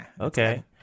Okay